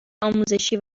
آموزشی